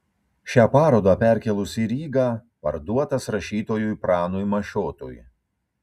šią parodą perkėlus į rygą parduotas rašytojui pranui mašiotui